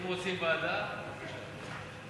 אם רוצים ועדה, בבקשה.